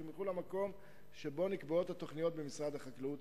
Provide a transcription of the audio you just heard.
שהם ילכו למקום שבו נקבעות התוכניות במשרד החקלאות.